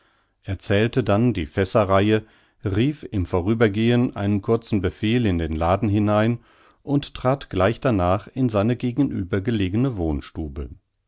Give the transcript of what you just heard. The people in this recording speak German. zählte dann die fässerreihe rief im vorübergehen einen kurzen befehl in den laden hinein und trat gleich danach in seine gegenüber gelegene wohnstube